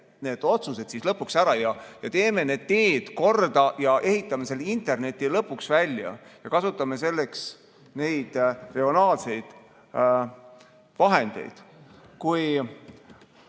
need otsused siis lõpuks ära. Teeme need teed korda ja ehitame selle interneti lõpuks välja. Ja kasutame selleks neid regionaalseid vahendeid. Ma